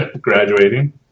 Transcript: graduating